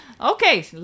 Okay